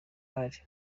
eli